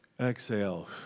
exhale